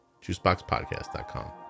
juiceboxpodcast.com